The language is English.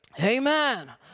Amen